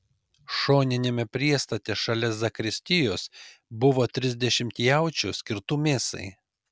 šoniniame priestate šalia zakristijos buvo trisdešimt jaučių skirtų mėsai